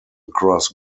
across